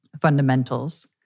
fundamentals